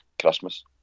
Christmas